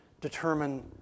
determine